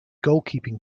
goalkeeping